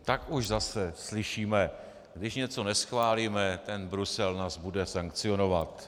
Tak už zase slyšíme, když něco neschválíme, ten Brusel nás bude sankcionovat.